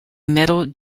metal